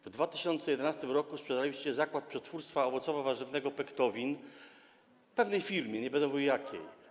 W 2011 r. sprzedaliście Zakłady Przetwórstwa Owocowo-Warzywnego Pektowin pewnej firmie, nie będę mówił jakiej.